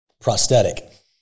prosthetic